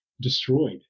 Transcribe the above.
destroyed